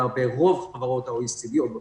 ברוב חברות ה-OECD או בחלקן.